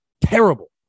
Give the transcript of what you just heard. Terrible